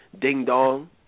ding-dong